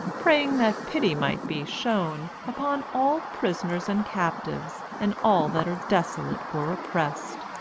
praying that pity might be shown upon all prisoners and captives, and all that are desolate or oppressed.